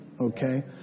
okay